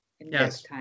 Yes